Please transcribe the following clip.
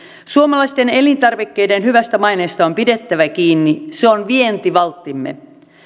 suomalaisten elintarvikkeiden hyvästä maineesta on pidettävä kiinni se on vientivalttimme